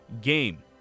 game